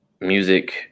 music